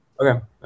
Okay